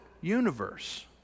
universe